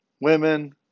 women